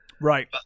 right